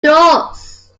does